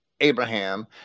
Abraham